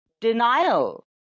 denial